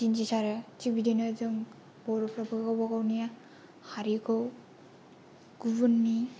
दिनथिसारो थिग बिदिनो जों बर'फोराबो गावबा गावनि हारिखौ गुबुननि